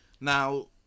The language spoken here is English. Now